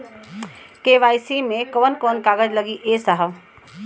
KYC मे कवन कवन कागज लगी ए साहब?